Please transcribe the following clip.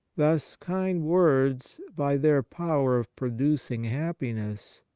thus, kind words by their power of pro ducing happiness,